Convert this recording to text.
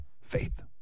Faith